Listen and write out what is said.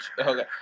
Okay